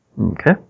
Okay